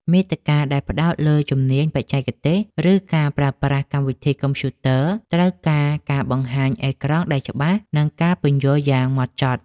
មាតិកាដែលផ្ដោតលើជំនាញបច្ចេកទេស ឬការប្រើប្រាស់កម្មវិធីកុំព្យូទ័រ ត្រូវការការបង្ហាញអេក្រង់ដែលច្បាស់ និងការពន្យល់យ៉ាងម៉ត់ចត់។